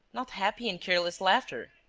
not happy and careless laughter.